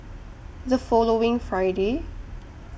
The following Friday